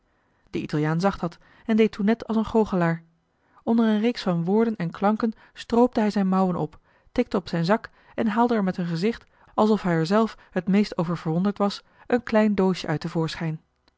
de italiaan zag dat en deed toen net als een goochelaar onder een reeks van woorden en klanken stroopte hij zijn mouwen op tikte op zijn zak en haalde er met een gezicht alsof hij er zelf het meest over verwonderd was een klein doosje uit